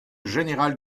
général